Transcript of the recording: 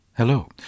Hello